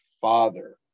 father